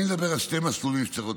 אני מדבר על שני מסלולים שבהם צריכים להיות